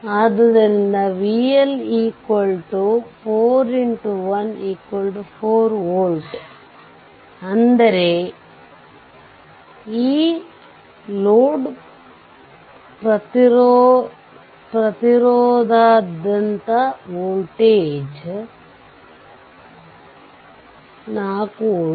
ಆದ್ದರಿಂದ VL 4x1 4 volt ಅಂದರೆ ಈ ಲೋಡ್ ಪ್ರತಿರೋಧದಾದ್ಯಂತ ವೋಲ್ಟೇಜ್ 4 ವೋಲ್ಟ್